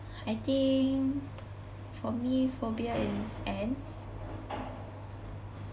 I think for me phobia is ants